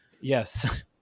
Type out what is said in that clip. Yes